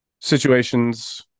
situations